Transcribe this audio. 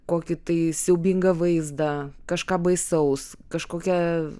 kokį tai siaubingą vaizdą kažką baisaus kažkokia